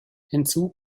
hinzu